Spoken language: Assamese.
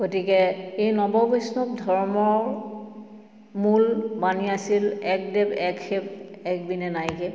গতিকে এই নৱবৈষ্ণৱ ধৰ্মৰ মূল বাণী আছিল একদেৱ এক সেৱ একবিনে নাই কেৱ